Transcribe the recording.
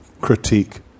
critique